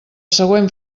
següent